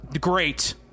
great